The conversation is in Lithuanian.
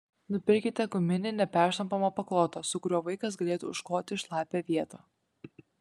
nupirkite guminį neperšlampamą paklotą su kuriuo vaikas galėtų užkloti šlapią vietą